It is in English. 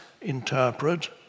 interpret